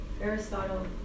aristotle